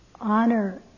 honor